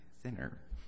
thinner